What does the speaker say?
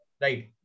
Right